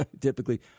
typically